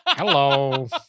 Hello